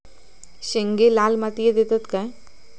शेंगे लाल मातीयेत येतत काय?